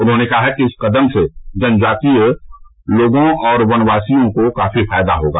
उन्होंने कहा इस कदम से जनजातीय लोगों और वनवासियों को काफी फायदा होगा